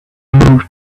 moved